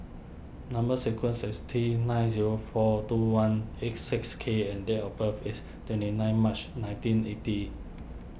Number Sequence is T nine zero four two one eight six K and date of birth is twenty nine March nineteen eighty